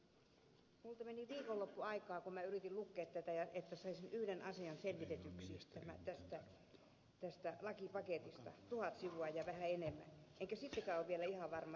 minulta meni viikonloppu aikaa kun yritin lukea tätä että saisin yhden asian selvitetyksi tästä lakipaketista tuhat sivua ja vähän enemmän enkä sittenkään ole vielä ihan varma tuliko se selväksi